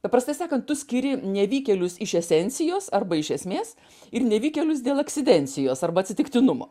paprastai sakant tu skiri nevykėlius iš esencijos arba iš esmės ir nevykėlius dėl akcidencijos arba atsitiktinumo